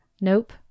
Nope